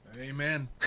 Amen